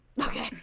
Okay